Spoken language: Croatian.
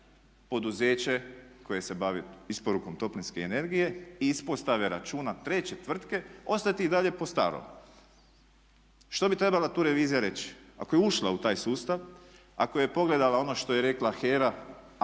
koje se bavi isporukom toplinske energije, ispostave računa treće tvrtke ostati i dalje po starom. Što bi trebala tu revizija reći? Ako je ušla u taj sustav, ako je pogledala ono što je rekla HERA,